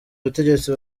ubutegetsi